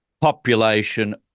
population